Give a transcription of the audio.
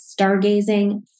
stargazing